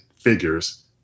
figures